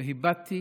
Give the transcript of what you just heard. והבטתי